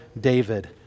David